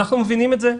אנחנו מבינים את זה,